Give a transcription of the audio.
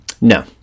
No